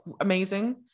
amazing